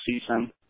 season